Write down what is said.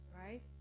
right